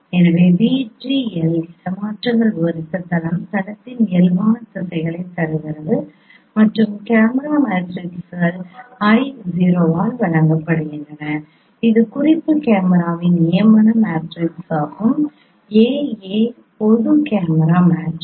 எனவே 𝑣𝑇 𝑙 இடமாற்றங்கள் விவரித்த தளம் தளத்தின் இயல்பான திசைகளைத் தருகிறது மற்றும் கேமரா மேட்ரிக்ஸ்கள் I | 0 ஆல் வழங்கப்படுகின்றன இது குறிப்பு கேமராவின் நியமன கேமரா மேட்ரிக்ஸ் மற்றும் A | a பொது கேமரா மேட்ரிக்ஸ்